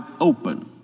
open